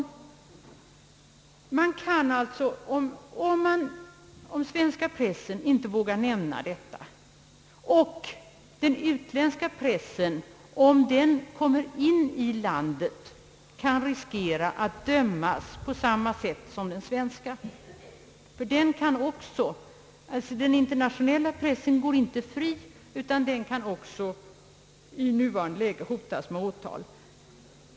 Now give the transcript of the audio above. Låt oss anta att den svenska pressen inte vågar nämna en sådan sak som denna. Den utländska pressen, om den kommer in i landet, riskerar att dömas på samma sätt som den svenska. Den internationella pressen går inte fri i Sverige utan den kan också i nuvarande läge hotas med åtal.